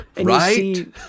Right